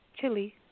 Chili